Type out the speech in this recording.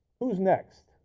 who is next?